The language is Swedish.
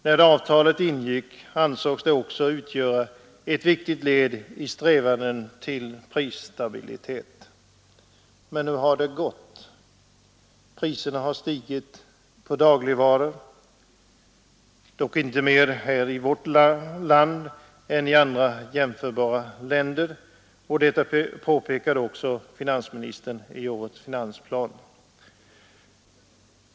När avtalet ingicks ansåg man det utgöra ett viktigt led i strävandena att uppnå prisstabilitet. Men hur har det gått? Priserna på dagligvaror har stigit — dock inte mer i vårt land än i andra jämförbara länder, något som finansministern också påpekar i årets finansplan.